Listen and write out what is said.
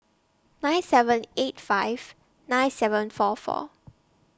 nine seven eight five nine seven four four